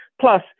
plus